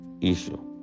issue